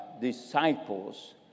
disciples